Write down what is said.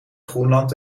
groenland